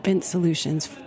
solutions